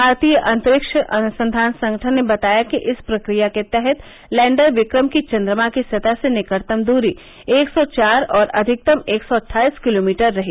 भारतीय अंतरिक्ष अनुसंघान संगठन ने बताया कि इस प्रक्रिया के तहत लैंडर विक्रम की चंद्रमा की सतह से निकटतम दूरी एक सौ चार और अधिकतम एक सौ अटाइस किलोमीटर रही